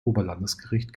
oberlandesgericht